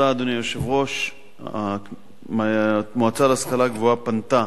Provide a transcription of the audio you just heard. אדוני היושב-ראש, המועצה להשכלה גבוהה פנתה